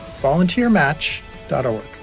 VolunteerMatch.org